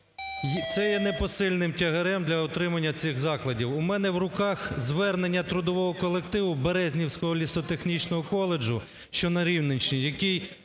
Це є непосильним тягарем для утримання цих закладів. У мене в руках звернення трудового колективу Березнівського лісотехнічного коледжу, що на Рівненщині, який